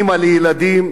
אמא לילדים,